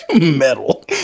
metal